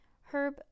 Herb